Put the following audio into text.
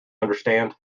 understand